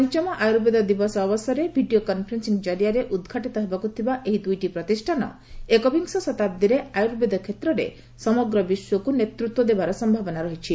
ପଞ୍ଚମ ଆୟୁର୍ବେଦ ଦିବସ ଅବସରରେ ଭିଡ଼ିଓ କନ୍ଫରେନ୍ସିଂ ଜରିଆରେ ଉଦ୍ଘାଟିତ ହେବାକୁ ଥିବା ଏହି ଦୁଇଟି ପ୍ରତିଷ୍ଠାନ ଏକବିଂଶ ଶତାବ୍ଦୀରେ ଆୟୁର୍ବେଦ କ୍ଷେତ୍ରରେ ସମଗ୍ର ବିଶ୍ୱକୁ ନେତୃତ୍ୱ ଦେବାର ସମ୍ଭାବନା ରହିଛି